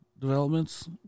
developments